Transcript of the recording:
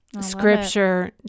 scripture